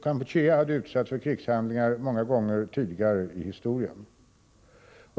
Kampuchea hade utsatts för krigshandlingar många gånger tidigare i historien.